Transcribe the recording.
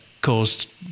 caused